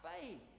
faith